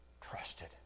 trusted